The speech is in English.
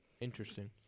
Interesting